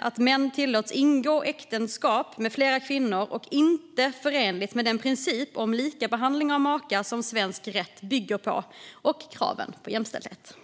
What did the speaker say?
Att män tillåts ingå äktenskap med flera kvinnor är diskriminerande och inte förenligt med den princip om likabehandling av makar som svensk rätt bygger på eller med kraven på jämställdhet.